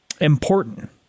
important